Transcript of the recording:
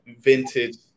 vintage